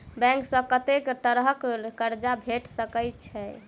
Bank सऽ कत्तेक तरह कऽ कर्जा भेट सकय छई?